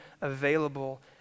available